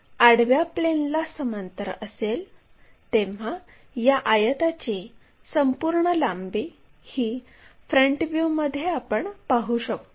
याचे स्थान ओळखण्यासाठी आपण हे एक लोकस म्हणून निश्चित करीत आहोत